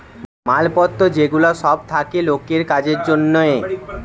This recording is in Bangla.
মাল পত্র যে গুলা সব থাকে লোকের কাজের জন্যে